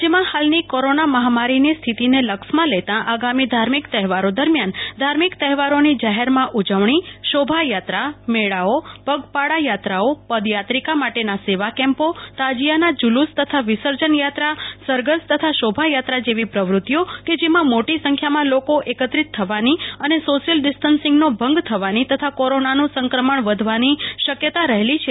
રાજથમાં ફાલની કોરોના મહામારીની સ્થિતિને લક્ષમાં લેતાં આગામી ધાર્મિક તહેવારો દરમ્યાન ધાર્મિક તહેવારોની જાહેરમાં ઉજવણી શોભાયાત્રા મેળાઓ પગપાળા યાત્રાઓ પદથાત્રિકા માટેના સેવા કેમ્પો તાજીયાના જુલુસ તથા વિસર્જન યાત્રાસરઘસ તથા શોભાયાત્રા જેવી પ્રવૃતિઓ કે જેમાં મોટી સંખ્યામાં લોકો એકત્રિત થવાની અને સોશિયલ ડિસ્ટન્સીંગનો ભંગ થવાની તથા કોરોનાનું સંકમણ વધવાની શકયતા રહેલી છે